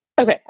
Okay